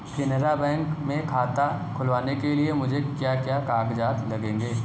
Canara bank में खाता खुलवाने के लिए मुझे क्या क्या कागजात लगेंगे?